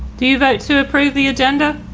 do you vote to approve the agenda?